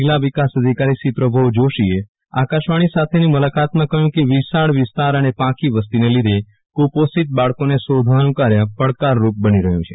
જિલ્લા વિકાસ અધિકારીશ્રી પ્રભવ જોષીએ આકાશવાણી સાથેની મુલાકાતમાં કહ્યુ કે વિશાળ વિસ્તાર અને પાંખી વસ્તીને લીધે કુપોષિત બાળકોને શોધવાનું કાર્ય પડકારરૂપ બની રહ્યુ છે